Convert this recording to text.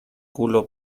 culo